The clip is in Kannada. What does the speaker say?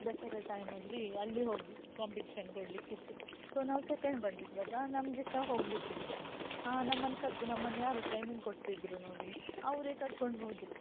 ದಸರಾ ಟೈಮಲ್ಲಿ ಅಲ್ಲಿ ಹೋಗಿ ಕಾಂಪಿಟಿಷನ್ ಕೊಡಲಿಕ್ಕಿತ್ತು ಸೊ ನಾವು ಸೆಕೆಂಡ್ ಬಂದಿದ್ವಲ್ಲ ನಮಗೆ ಸಹ ಹೋಗಲಿಕ್ಕಿತ್ತು ನಮ್ಮನ್ನ ಕರ್ಕೊಂಡು ನಮ್ಮನ್ಯಾರು ಟ್ರೈನಿಂಗ್ ಕೊಟ್ಟಿದ್ದರು ನೋಡಿ ಅವರೇ ಕರ್ಕೊಂಡು ಹೋದರು